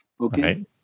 Okay